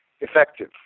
effective